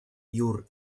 jur